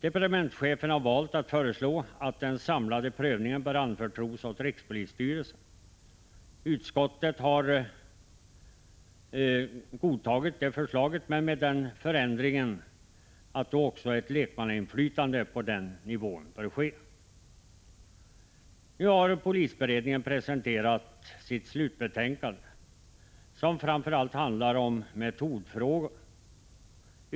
Departementschefen har valt att föreslå att den samlade prövningen skall anförtros åt rikspolisstyrelsen. Utskottet har godtagit det förslaget, men med den förändringen att då också ett lekmannainflytande på denna nivå bör åstadkommas. Nu har polisberedningen presenterat sitt slutbetänkande, som framför allt handlar om metodfrågor.